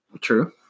True